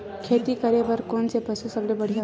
खेती करे बर कोन से पशु सबले बढ़िया होथे?